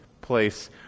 place